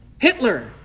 Hitler